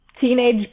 teenage